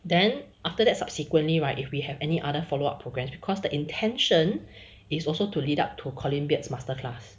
then after that subsequently right if we have any other follow up programs because the intention is also to lead up to colin beards masterclass